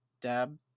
dab